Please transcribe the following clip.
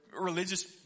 religious